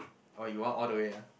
oh you want all the way ah